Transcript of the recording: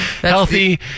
Healthy